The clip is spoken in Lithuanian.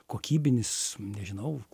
kokybinis nežinau